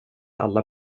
alla